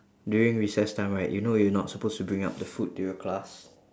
during recess time right you know you not supposed to bring up the food to your class